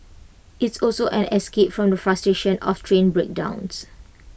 it's also an escape from the frustration of train breakdowns